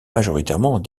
majoritairement